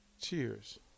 Cheers